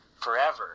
forever